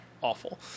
Awful